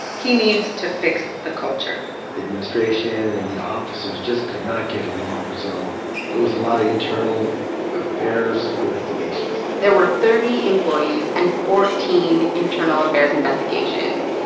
he needs to fix the culture the administration and the officers just could not get along, so there was a lot of internal affairs investigations there were thirty employees and fourteen internal affairs investigations.